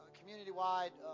community-wide